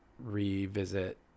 revisit